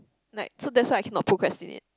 like so that's why I cannot procrastinate